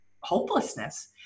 hopelessness